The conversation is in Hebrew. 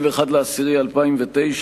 21 באוקטובר 2009,